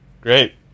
Great